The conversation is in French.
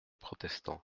protestants